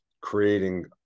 creating